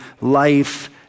life